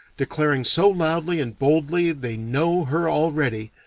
declaring so loudly and boldly they know her already,